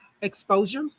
Exposure